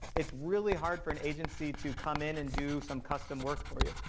it's really hard for an agency to come in and do some custom work for you.